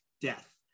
death